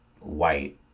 white